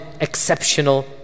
exceptional